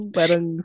parang